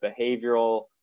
behavioral